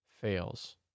fails